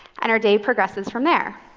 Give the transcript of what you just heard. and our day progresses from there.